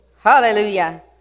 Hallelujah